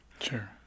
Sure